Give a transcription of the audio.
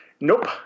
Nope